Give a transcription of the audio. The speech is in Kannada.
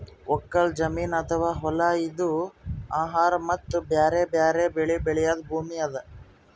ಒಕ್ಕಲ್ ಜಮೀನ್ ಅಥವಾ ಹೊಲಾ ಇದು ಆಹಾರ್ ಮತ್ತ್ ಬ್ಯಾರೆ ಬ್ಯಾರೆ ಬೆಳಿ ಬೆಳ್ಯಾದ್ ಭೂಮಿ ಅದಾ